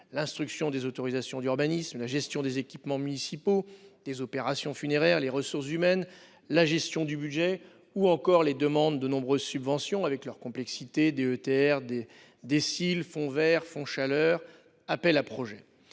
l'instruction des autorisations d'urbanisme, la gestion des équipements municipaux et des opérations funéraires, les ressources humaines, la gestion du budget communal, ou encore les demandes de nombreuses subventions dont la complexité est bien connue : DETR, DSIL, fonds vert, fonds Chaleur, appels à projets,